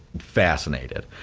fascinated.